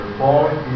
point